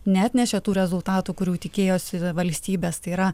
neatnešė tų rezultatų kurių tikėjosi valstybės tai yra